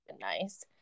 Nice